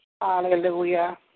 Hallelujah